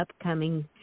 upcoming